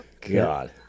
God